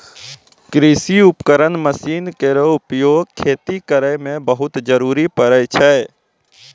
कृषि उपकरण मसीन केरो उपयोग खेती करै मे बहुत जरूरी परै छै